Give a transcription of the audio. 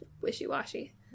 wishy-washy